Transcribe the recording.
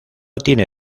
tiene